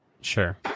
Sure